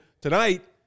tonight